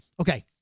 Okay